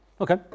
Okay